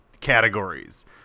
categories